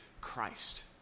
Christ